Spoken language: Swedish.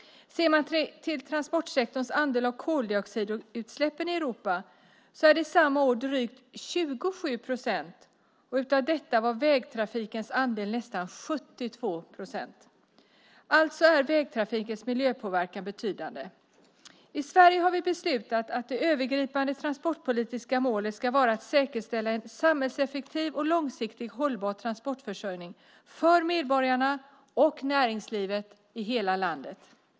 Ser man till transportsektorns andel av koldioxidutsläppen i Europa är det samma år drygt 27 procent. Av detta var vägtrafikens andel nästan 72 procent. Alltså är vägtrafikens miljöpåverkan betydande. I Sverige har vi beslutat att de övergripande transportpolitiska målet ska vara att säkerställa en samhällseffektiv och långsiktigt hållbar transportförsörjning för medborgarna och näringslivet i hela landet.